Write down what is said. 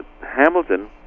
Hamilton